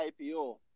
IPO